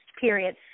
period